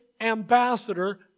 ambassador